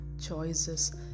choices